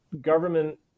government